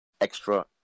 extra